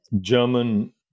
German